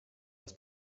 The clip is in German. das